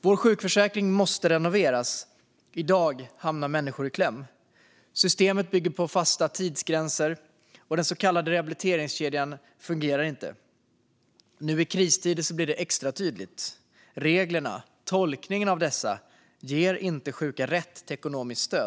Vår sjukförsäkring måste renoveras. I dag hamnar människor i kläm. Systemet bygger på fasta tidsgränser, och den så kallade rehabiliteringskedjan fungerar inte. Nu i kristider blir det extra tydligt. Reglerna och tolkningarna av dessa ger inte sjuka rätt till ekonomiskt stöd.